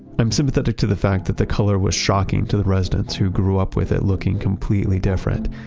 i'm sympathetic to the fact that the color was shocking to the residents who grew up with it looking completely different.